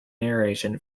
narration